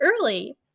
early